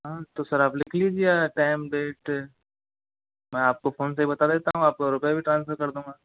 हाँ तो सर आप लिख लीजिए टाइम डेट मैं आपको फ़ोन पे बता देता हूँ आपको रुपये भी ट्रांसफ़र कर दूंगा